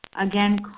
Again